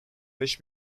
beş